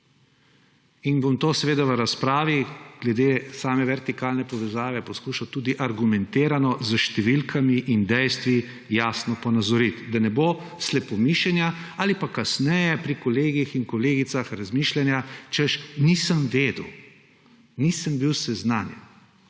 To bom seveda v razpravi glede same vertikalne povezave poskušal tudi argumentirano, s številkami in dejstvi jasno ponazoriti, da ne bo slepomišenja ali pa kasneje pri kolegih in kolegicah razmišljanja, češ, nisem vedel, nisem bil seznanjen.